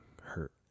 hurt